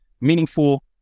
meaningful